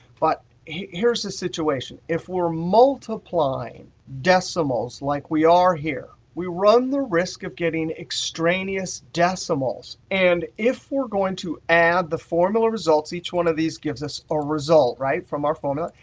but here's a situation. if we're multiplying decimals like we are here, we run the risk of getting extraneous decimals. and if we're going to add the formula results, each one of these gives us a result, right? from our formula.